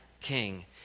king